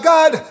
God